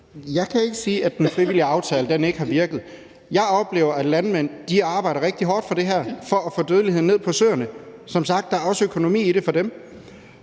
Jeg kan ikke sige, at den frivillige aftale ikke har virket. Jeg oplever, at landmændene arbejder rigtig hårdt for det her for at få dødeligheden ned for søernes vedkommende. Som sagt er der også økonomi i det for dem.